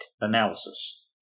analysis